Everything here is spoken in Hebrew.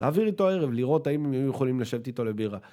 להעביר איתו ערב, לראות האם הם היו יכולים לשבת איתו לבירה.